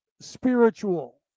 spiritual